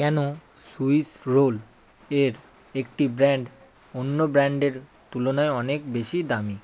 কেন Swiss roll এর একটি ব্র্যান্ড অন্য ব্র্যান্ডের তুলনায় অনেক বেশি দামি